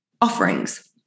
offerings